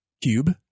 cube